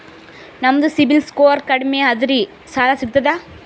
ನಮ್ದು ಸಿಬಿಲ್ ಸ್ಕೋರ್ ಕಡಿಮಿ ಅದರಿ ಸಾಲಾ ಸಿಗ್ತದ?